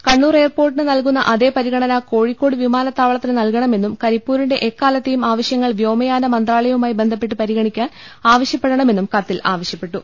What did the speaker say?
കണ്ണൂർ എയർപ്പോർട്ടിന് നൽകുന്ന അതേ പരിഗണന കോഴിക്കോട് വിമാനത്താവളത്തിന് നൽകണമെന്നും കരിപ്പൂരിന്റെ എക്കാലത്തെയും ആവശ്യങ്ങൾ വ്യോമ യാന മന്ത്രാലയവുമായി ബന്ധപ്പെട്ട് പരിഗണിക്കാൻ ആവശ്യപ്പെടണമെന്നും കത്തിൽ ആവശ്യപ്പെട്ടു